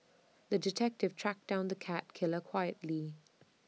the detective tracked down the cat killer quietly